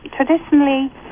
traditionally